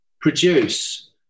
produce